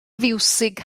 fiwsig